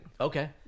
Okay